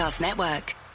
Network